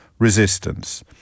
resistance